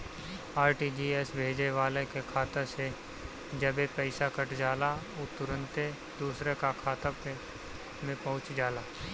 RTGS भेजे वाला के खाता से जबे पईसा कट जाला उ तुरंते दुसरा का खाता में पहुंच जाला